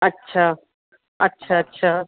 अच्छा अच्छा अच्छा